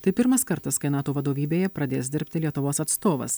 tai pirmas kartas kai nato vadovybėje pradės dirbti lietuvos atstovas